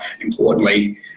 Importantly